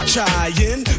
Trying